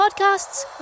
podcasts